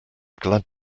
glad